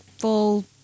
full